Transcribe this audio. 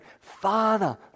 Father